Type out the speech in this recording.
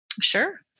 Sure